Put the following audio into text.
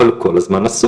אבל הוא כל הזמן עסוק.